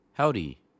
Howdy